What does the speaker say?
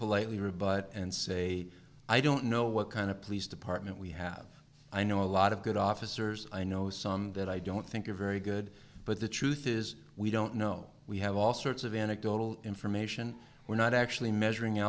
politely rebut and say i don't know what kind of police department we have i know a lot of good officers i know some that i don't think of very good but the truth is we don't know we have all sorts of anecdotal information we're not actually measuring